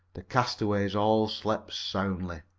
the castaways all slept soundly.